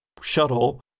shuttle